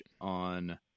on